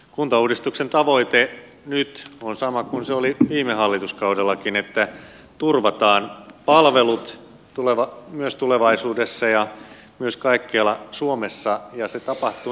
kuntauudistuksen tavoitteet nyt on sama kun se oli viime hallituskaudellakin että turvataan palvelut tulevat myös tulevaisuudessa ja myös kaikkialla suomessa ja se tapahtui